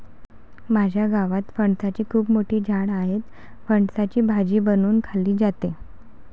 माझ्या गावात फणसाची खूप मोठी झाडं आहेत, फणसाची भाजी बनवून खाल्ली जाते